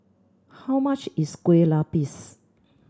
how much is Kueh Lapis